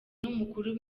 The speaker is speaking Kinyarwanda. n’umukuru